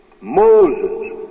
Moses